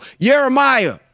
Jeremiah